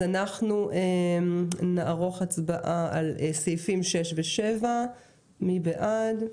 אנחנו נעבור להצבעה סעיפים 6 7. מי בעד?